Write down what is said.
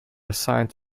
assigned